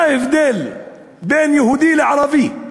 מה ההבדל בין יהודי לערבי?